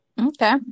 Okay